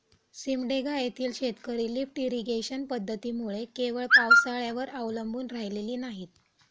सिमडेगा येथील शेतकरी lift irrigation पद्धतीमुळे केवळ पावसाळ्यावर अवलंबून राहिलेली नाहीत